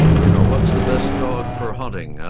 you know what's the best dog for hunting,